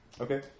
Okay